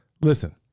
listen